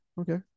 okay